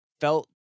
felt